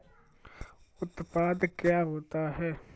उत्पाद क्या होता है?